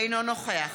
אינו נוכח